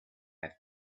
had